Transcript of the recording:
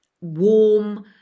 warm